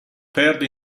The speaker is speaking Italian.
perde